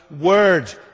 Word